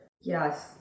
Yes